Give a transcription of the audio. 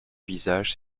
visage